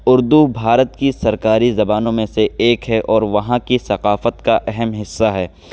اردو بھارت کی سرکاری زبانوں میں سے ایک ہے اور وہاں کی ثقافت کا اہم حصہ ہے